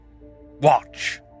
watch